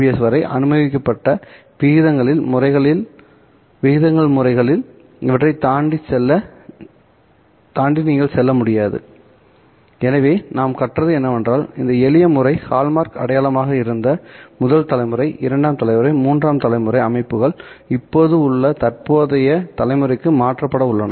S வரை அமைதிப்படுத்தப்பட்ட விகிதங்கள் முறைகளில் இவற்றைத் தாண்டி நீங்கள் செல்ல முடியாது எனவே நாம் கற்றது என்னவென்றால் இந்த எளிய முறை ஹால்மார்க் அடையாளமாக இருந்த முதல் தலைமுறை இரண்டாம் தலைமுறை மூன்றாம் தலைமுறை அமைப்புகள இப்போது உள்ள தற்போதைய தலைமுறைக்கு மாற்றப்பட உள்ளன